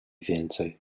więcej